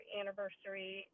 anniversary